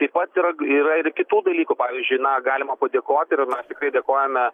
taip pat yra yra ir kitų dalykų pavyzdžiui na galima padėkoti ir na mes tikrai dėkojame